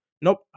Nope